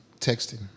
texting